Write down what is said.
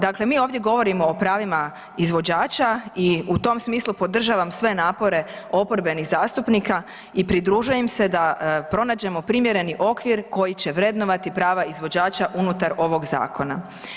Dakle, mi ovdje govorimo o pravima izvođača i u tom smislu podržavam sve napore oporbenih zastupnika i pridružujem im se da pronađemo primjereni okvir koji će vrednovati prava izvođača unutar ovog zakona.